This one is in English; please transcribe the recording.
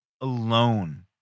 alone